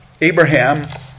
Abraham